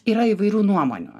yra įvairių nuomonių